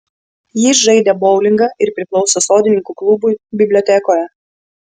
jis žaidė boulingą ir priklausė sodininkų klubui bibliotekoje